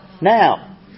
now